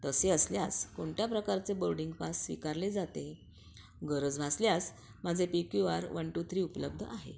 तसे असल्यास कोणत्या प्रकारचे बोर्डिंग पास स्वीकारले जाते गरज भासल्यास माझे P Q R one two three उपलब्ध आहे